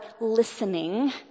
listening